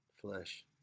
flesh